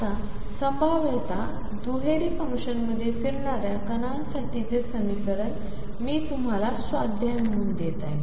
आणि संभाव्यतः दुहेरी फंक्शनमध्ये फिरणाऱ्या कणांसाठीचे समीकरण मी तुम्हाला स्वाध्याय म्हणून देईन